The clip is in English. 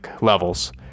levels